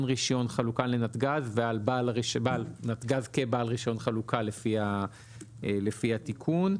רישיון חלוקה לנתג"ז ועל בעל נתג"ז כבעל רישיון חלוקה לפי התיקון.